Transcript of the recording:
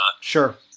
Sure